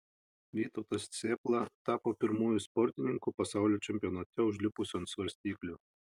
vytautas cėpla tapo pirmuoju sportininku pasaulio čempionate užlipusiu ant svarstyklių